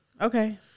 Okay